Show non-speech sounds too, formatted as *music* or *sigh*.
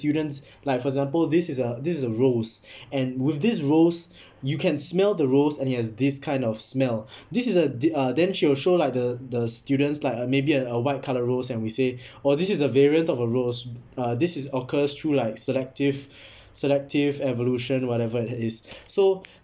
students like for example this is a this is a rose *breath* and with this rose you can smell the rose and it has this kind of smell *breath* this is a the uh then she will show lah the the students like uh maybe a a white colour rose and will say *breath* oh this is a variant of a rose uh this is occurs through like selective *breath* selective evolution whatever it is so